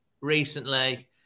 recently